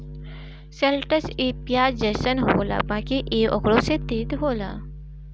शैलटस इ पियाज जइसन होला बाकि इ ओकरो से तीत होला